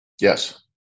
Yes